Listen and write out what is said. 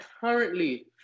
currently